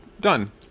done